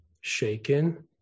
shaken